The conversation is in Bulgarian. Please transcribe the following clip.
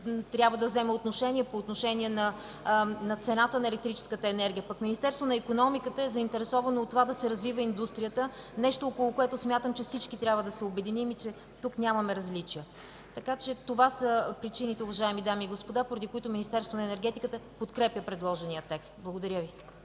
трябва да вземе отношение по цената на електрическата енергия. Министерството на икономиката е заинтересовано да се развива индустрията – нещо, около което смятам, че всички трябва да се обединим. Тук нямаме различия. Това са причините, уважаеми дами и господа, поради които Министерството на енергетиката подкрепя предложения текст. Благодаря.